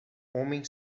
homem